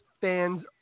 fans